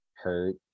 Hurt